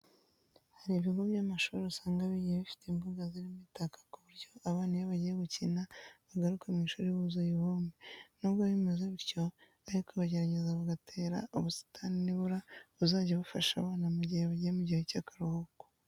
Hari ibigo by'amashuri usanga bigiye bifite imbuga zirimo itaka ku buryo abana iyo bagiye gukina bagaruka mu ishuri buzuye ivumbi. Nubwo biba bimeze bityo ariko baragerageza bagatera ubusitani nibura buzajya bufasha abana mu gihe bagiye mu gihe cy'akaruhuko.